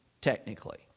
technically